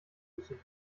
müssen